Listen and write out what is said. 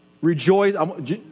Rejoice